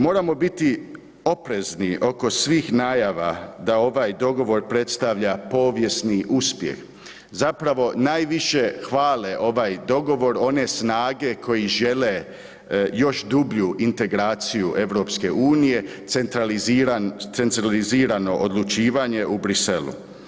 Moramo biti oprezni oko svih najava da ovaj dogovor predstavlja povijesni uspjeh, zapravo najviše hvale ovaj dogovor one snage koje žele još dublju integraciju EU, centralizirano odlučivanje u Bruxellesu.